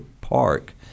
park